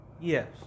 yes